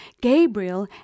Gabriel